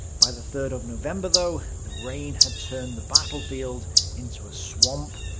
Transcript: by the third of november though, the rain had turned the battlefield into a swamp.